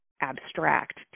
abstract